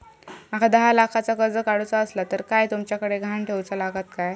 माका दहा लाखाचा कर्ज काढूचा असला तर काय तुमच्याकडे ग्हाण ठेवूचा लागात काय?